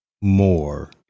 more